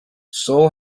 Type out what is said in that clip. seoul